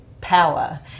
power